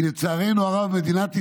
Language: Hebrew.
כי לצערנו הרב מדינת ישראל,